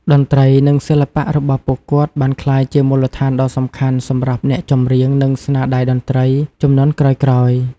តន្ត្រី និងសិល្បៈរបស់ពួកគាត់ បានក្លាយជាមូលដ្ឋានដ៏សំខាន់សម្រាប់អ្នកចម្រៀង និងស្នាដៃតន្ត្រីជំនាន់ក្រោយៗ។